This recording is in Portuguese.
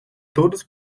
todos